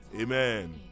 Amen